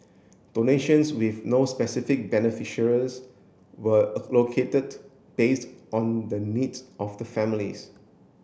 donations with no specific beneficiaries were allocated based on the needs of the families